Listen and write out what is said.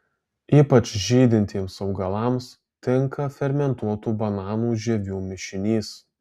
ypač žydintiems augalams tinka fermentuotų bananų žievių mišinys